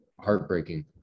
heartbreaking